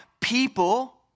people